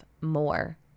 more